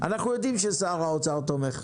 יודעים ששר האוצר תומך.